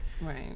right